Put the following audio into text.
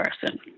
person